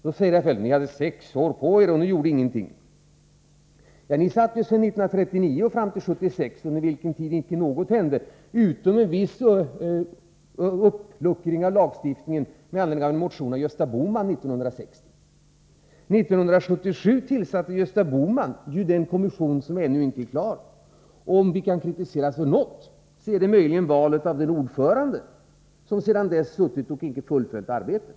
Då säger herr Feldt: Ni hade sex år på er, och ni gjorde ingenting. Själva satt ni från 1939 fram till 1976, under vilken tid inte någonting hände — utom en viss uppluckring av lagstiftningen med anledning av en motion av Gösta Bohman 1960. 1977 tillsatte Gösta Bohman den kommission som ännu inte är klar. Om vi kan kritiseras för något, är det möjligen valet av den ordförande som sedan dess suttit och icke fullföljt arbetet.